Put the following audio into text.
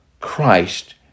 Christ